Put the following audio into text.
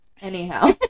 anyhow